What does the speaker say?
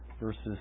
verses